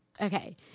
Okay